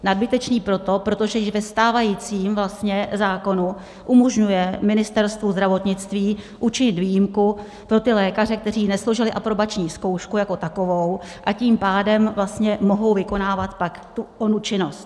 Nadbytečný proto, protože již ve stávajícím zákonu se umožňuje Ministerstvu zdravotnictví učinit výjimku pro ty lékaře, kteří nesložili aprobační zkoušku jako takovou, a tím pádem vlastně mohou vykonávat pak tu onu činnost.